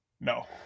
No